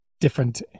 different